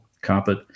carpet